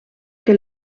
que